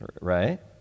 right